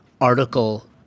article